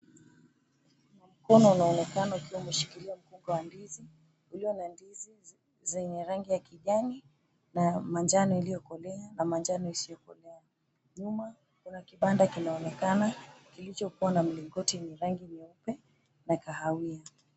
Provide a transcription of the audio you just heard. Mkono unaonekana ukiwa umeshikilia mgomba wa ndizi zenye rangi ya kijani na manjano iliyokolea na manjano isiokolea. Nyuma kuna kibanda kinaonekana kilicho na mlingoti mrefu ya rangi nyeupe na kahawia.